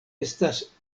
estas